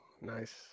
nice